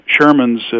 Sherman's